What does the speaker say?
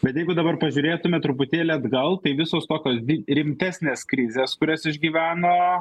bet jeigu dabar pažiūrėtume truputėlį atgal tai visos tokios dvi rimtesnės krizės kurias išgyveno